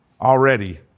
already